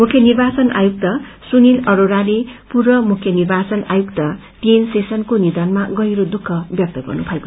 मुख्य निर्वाचन आयुक्त सुनिल अरोड़ाले पूर्व मुख्य निर्वाचन आयुक्त टीएन शेषनको निषनमा गहिरो दुःख व्यक्त गर्नुभयो